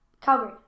Calgary